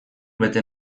bete